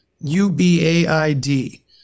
U-B-A-I-D